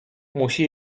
musi